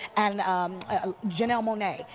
and um ah janell monet,